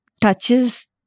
touches